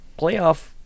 playoff